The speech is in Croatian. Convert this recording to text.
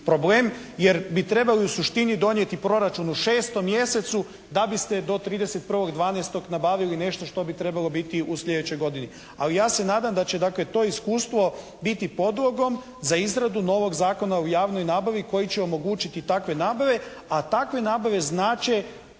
problem, jer bi trebali u suštini donijeti proračun u 6 mjesecu da biste do 31.12. nabavili nešto što bi trebalo biti u sljedećoj godini. Ali ja se nadam da će dakle to iskustvo biti podlogom za izradu novog Zakona o javnoj nabavi koji će omogućiti takve nabave. A takve nabave znače